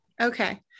Okay